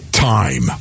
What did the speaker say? time